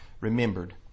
remembered